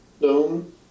dome